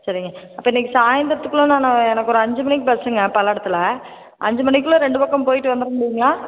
சரிங்க அப்போ இன்றைக்கு சாய்ந்திரத்துக்குள்ள நான் எனக்கு ஒரு அஞ்சு மணிக்கு பஸ்ஸுங்க பல்லடத்தில் அஞ்சு மணிக்குள்ளே ரெண்டு பக்கமும் போய்விட்டு வந்துட முடியுங்களா